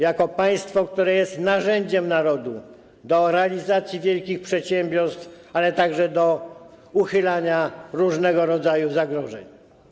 Jako państwo, które jest narzędziem narodu do realizacji wielkich przedsiębiorstw, ale także do uchylania różnego rodzaju zagrożeń.